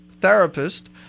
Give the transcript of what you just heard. therapist